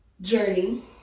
journey